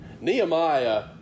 Nehemiah